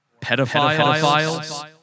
pedophiles